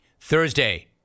Thursday